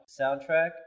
soundtrack